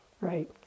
right